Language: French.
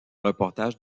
reportage